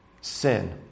sin